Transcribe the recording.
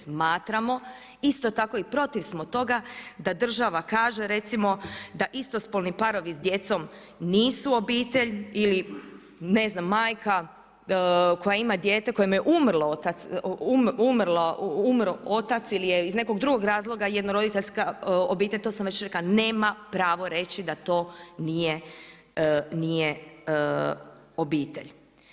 Smatramo isto tako i protiv smo toga da država kaže, recimo da istospolni parovi s djecom nisu obitelj ili ne znam, majaka koja ima dijete, kojem je umro otac ili je iz nekog drugog razloga, jednoroditeljske obitelj, to sam već rekla, nema pravo reći da to nije obitelj.